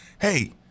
Hey